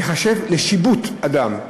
ייחשב לשיבוט אדם,